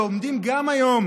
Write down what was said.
ועומדים גם היום,